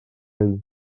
ell